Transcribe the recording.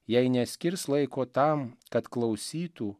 jei neskirs laiko tam kad klausytų